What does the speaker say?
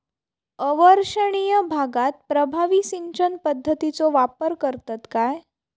अवर्षणिय भागात प्रभावी सिंचन पद्धतीचो वापर करतत काय?